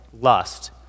lust